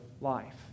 life